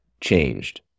changed